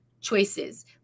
choices